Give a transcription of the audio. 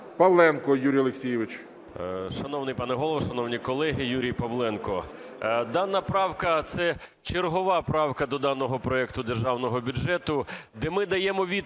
Павленко Юрій Олексійович.